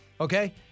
Okay